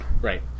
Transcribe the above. Right